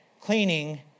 cleaning